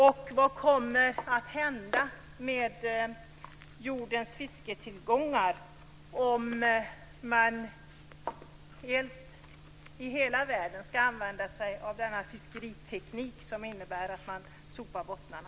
Vad kommer att hända med jordens fisketillgångar om man i hela världen ska använda sig av denna fiskeriteknik som innebär att man sopar bottnarna?